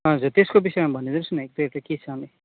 हजुर त्यसको विषयमा भनिदिनुहोस् न एक दुईवटा के छ भने